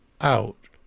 out